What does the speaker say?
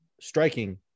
striking